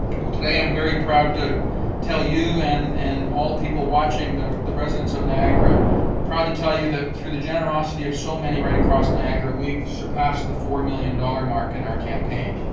well, today i'm very proud to tell you and and all people watching the the residents of niagara, i'm proud to tell you that through the generosity of so many right across niagara, we've surpassed the four million dollar mark in our campaign.